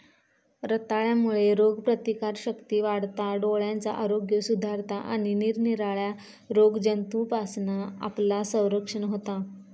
रताळ्यांमुळे रोगप्रतिकारशक्ती वाढता, डोळ्यांचा आरोग्य सुधारता आणि निरनिराळ्या रोगजंतूंपासना आपला संरक्षण होता